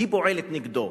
היא פועלת נגדו.